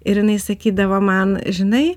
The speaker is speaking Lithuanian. ir jinai sakydavo man žinai